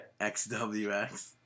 XWX